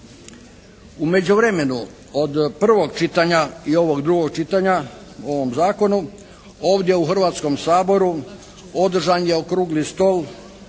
U međuvremenu od prvog čitanja i ovog drugog čitanja o ovom zakonu ovdje u Hrvatskom saboru održan je okrugli stol